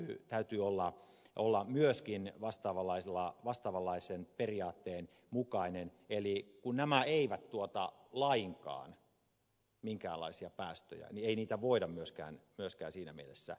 tämän täytyy olla myöskin vastaavanlaisen periaatteen mukainen eli kun nämä eivät tuota lainkaan minkäänlaisia päästöjä niin ei niitä voida myöskään siinä mielessä verottaa